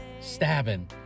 stabbing